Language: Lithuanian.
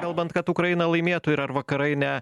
kalbant kad ukraina laimėtų ir ar vakarai ne